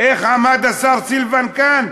איך עמד השר סילבן כאן?